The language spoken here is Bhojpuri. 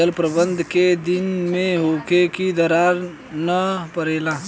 जल प्रबंधन केय दिन में होखे कि दरार न परेला?